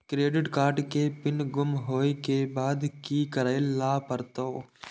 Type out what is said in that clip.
Credit card के PIN गुम होय के बाद की करै ल परतै?